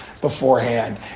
beforehand